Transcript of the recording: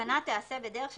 ההתקנה תיעשה בדרך שתצמצם,